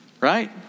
Right